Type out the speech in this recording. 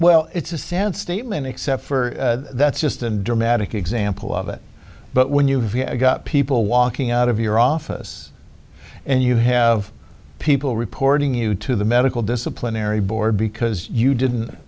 well it's a sad statement except for that's just a dramatic example of it but when you've got people walking out of your office and you have people reporting you to the medical disciplinary board because you didn't